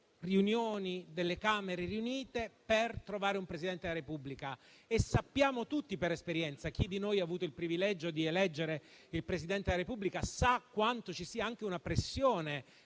delle Camere riunite per trovare un Presidente della Repubblica. Lo sappiamo tutti per esperienza: chi di noi ha avuto il privilegio di eleggere il Presidente della Repubblica sa quanto ci sia anche una pressione